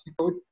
code